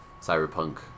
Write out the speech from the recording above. cyberpunk